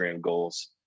goals